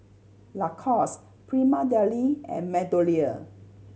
Lacoste Prima Deli and MeadowLea